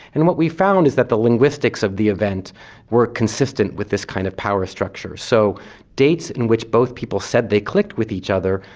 and what we found is that the linguistics of the event were consistent with this kind of power structure. so dates in which both people said they clicked with each other,